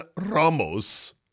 Ramos